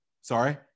sorry